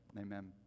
amen